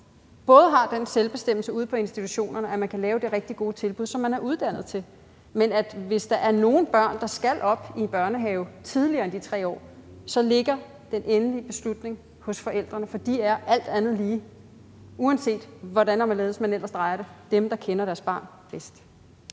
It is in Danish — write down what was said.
både har den selvbestemmelse ude i institutionerne, at man kan lave det rigtig gode tilbud, som man er uddannet til, men at hvis der er nogle børn, der skal op i børnehave, tidligere end de er 3 år, så ligger den endelige beslutning hos forældrene, for de er alt andet lige, uanset hvordan og hvorledes man ellers drejer det, dem, der kender deres barn bedst.